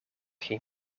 geen